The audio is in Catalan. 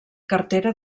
cartera